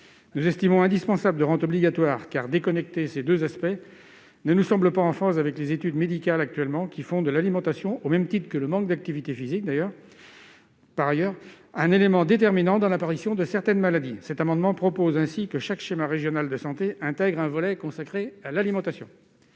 nous semble indispensable de rendre ce lien obligatoire, car déconnecter ces deux aspects ne nous semble pas en phase avec les études médicales, qui font de l'alimentation, au même titre que le manque d'activité physique, un élément déterminant dans l'apparition de certaines maladies. Cet amendement vise ainsi à ce que chaque schéma régional de santé intègre un volet consacré à l'alimentation.